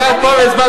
ישבת פה והצבעת,